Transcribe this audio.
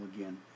again